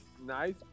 nice